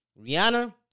Rihanna